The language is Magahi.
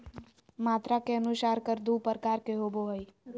मात्रा के अनुसार कर दू प्रकार के होबो हइ